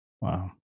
Wow